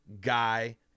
guy